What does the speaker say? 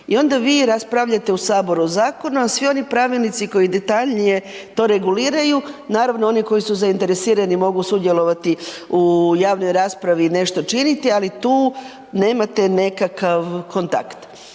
i onda vi raspravljate u Saboru o zakonu, a svi oni pravilnici koji detaljnije to reguliraju, naravno oni koji su zainteresirani mogu sudjelovati u javnoj raspravi i nešto činiti, ali tu nemate nekakav kontakt.